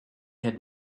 had